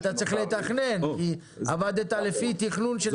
אתה צריך לתכנון כי עבדת לפי תכנון של